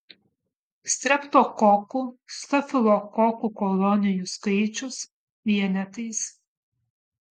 streptokokų stafilokokų kolonijų skaičius vienetais